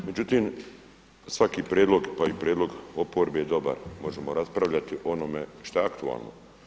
Međutim svaki prijedlog, pa i prijedlog oporbe je dobar, možemo raspravljati o onome što je aktualno.